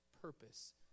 purpose